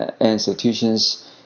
institutions